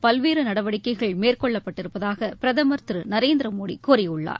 பல்வேறு நடவடிக்கைகள் மேற்கொள்ளப்பட்டிருப்பதாக பிரதமர் திரு நரேந்திர மோடி கூறியுள்ளார்